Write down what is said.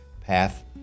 path